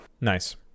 Nice